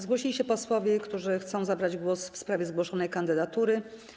Zgłosili się posłowie, którzy chcą zabrać głos w sprawie zgłoszonej kandydatury.